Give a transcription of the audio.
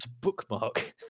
Bookmark